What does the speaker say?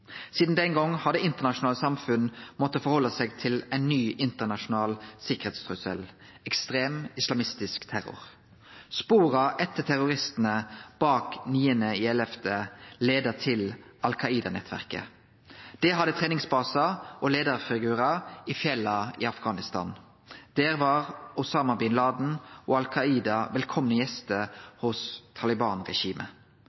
den gongen har det internasjonale samfunnet måtta innrette seg etter ein ny internasjonal sikkerheitstrussel – ekstrem islamistisk terror. Spora etter terroristane bak 9. september leia til al-Qaida-nettverket. Det hadde treningsbasar og leiarfigurar i fjella i Afghanistan. Der var Osama bin Laden og al-Qaida velkomne